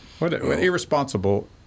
Irresponsible